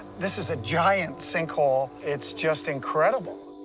this is a giant sinkhole. it's just incredible.